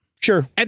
sure